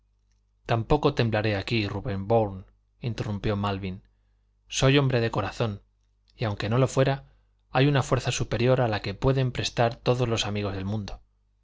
tampoco temblaré aquí rubén bourne interrumpió malvin soy hombre de corazón y aunque no lo fuera hay una fuerza superior a la que pueden prestar todos los amigos del mundo